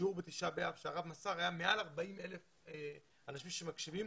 שיעור בתשעה באב שהרב מסר היה מעל 40,000 אנשים שמקשיבים